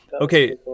Okay